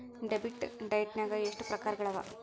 Debit ಡೈಟ್ನ್ಯಾಗ್ ಎಷ್ಟ್ ಪ್ರಕಾರಗಳವ?